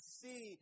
see